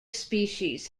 species